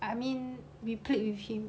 I mean we played with him